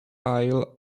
isle